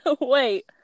Wait